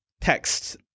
text